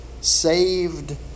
Saved